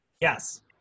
Yes